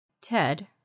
Ted